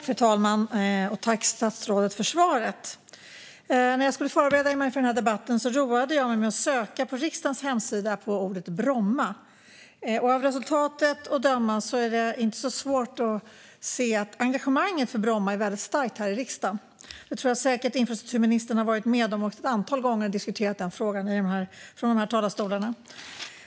Fru talman! Jag tackar statsrådet för svaret. När jag skulle förbereda mig för den här debatten roade jag mig med att söka på riksdagens hemsida på namnet Bromma. Av resultatet att döma är engagemanget för Bromma väldigt starkt här i riksdagen. Jag tror också att infrastrukturministern har diskuterat den frågan ett antal gånger vid de här talarstolarna.